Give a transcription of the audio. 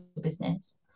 business